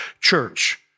church